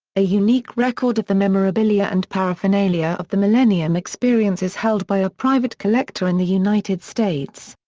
a unique record of the memorabilia and paraphernalia of the millennium experience is held by a private collector in the united states.